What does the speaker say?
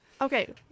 Okay